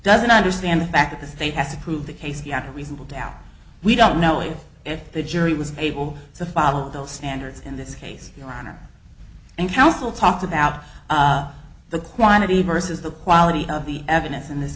doesn't understand the fact that the state has to prove the case beyond a reasonable doubt we don't know if the jury was able to follow those standards in this case your honor and counsel talked about the quantity versus the quality of the evidence in this